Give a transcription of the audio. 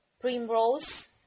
primrose